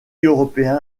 européen